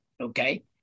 Okay